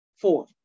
four